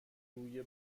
روی